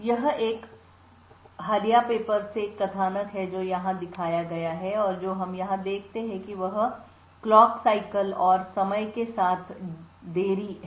यह एक हालिया पेपर से एक कथानक है जो यहां दिखाया गया है और जो हम यहां देखते हैं वह घड़ी के चक्र और समय के साथ देरी है